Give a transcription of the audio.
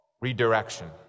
redirection